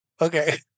Okay